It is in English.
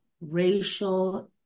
racial